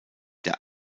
der